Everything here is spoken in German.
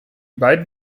beiden